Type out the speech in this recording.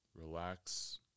Relax